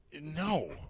No